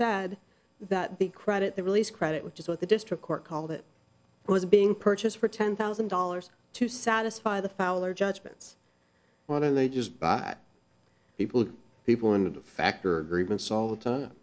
said that the credit the release credit which is what the district court called it was being purchased for ten thousand dollars to satisfy the fouler judgments one of the ages by people people into factor agreements all the time